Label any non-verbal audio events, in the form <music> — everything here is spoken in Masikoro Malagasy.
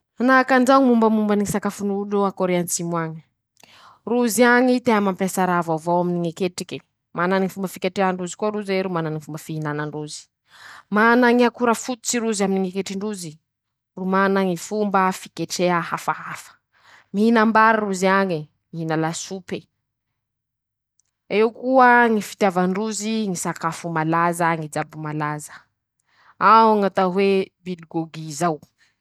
Manahaky anizao ñy mombamombany ñy sakafon'olo a kôre atsimo añy: -Rozy añy tea mampiasa raha vaovao aminy ñy ketrike ;manany ñy fomba fiketrehan-drozy koa roze ro manany ñy fomba fihinanan-drozy ;mana ñy akora fototsy rozy aminy ñy ketri-drozy ,ro mana ñy fomba fiketreha hafahafa ;mihinam-bary rozy añe ,mihina lasope; eo koa ñy fitiavan-drozy ñy sakafo malaza ,ñy jabo malaza ;ao ñ'atao hoe "bilgôgy" zao. <shushes>